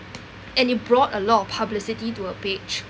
and it brought a lot of publicity to her page